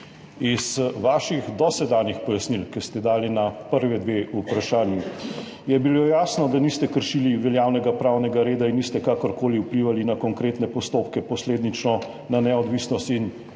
Iz vaših dosedanjih pojasnil, ki ste jih dali na prvi dve vprašanji, je bilo jasno, da niste kršili veljavnega pravnega reda in niste kakorkoli vplivali na konkretne postopke, posledično na neodvisnost in